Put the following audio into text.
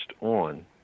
on